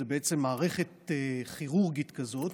זו בעצם מערכת כירורגית כזאת,